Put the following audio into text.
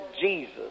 Jesus